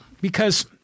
because-